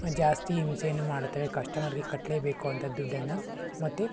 ಜಾಸ್ತಿ ಹಿಂಸೆಯನ್ನು ಮಾಡುತ್ತವೆ ಕಸ್ಟಮರ್ಗೆ ಕಟ್ಟಲೇಬೇಕು ಅಂತ ದುಡ್ಡನ್ನು ಮತ್ತು